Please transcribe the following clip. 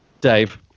Dave